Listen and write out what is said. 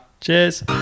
cheers